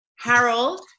Harold